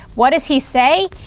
what does he say?